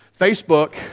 Facebook